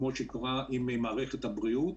כמו שקורה עם המערכת הבריאות.